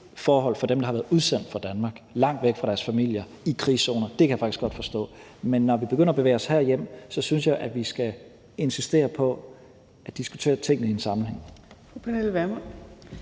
forhold for dem, der har været udsendt for Danmark i krigszoner langt væk fra deres familier. Det kan jeg faktisk godt forstå. Men når vi begynder at bevæge os herhjem, synes jeg, at vi skal insistere på at diskutere tingene i en sammenhæng.